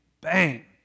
bang